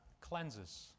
cleanses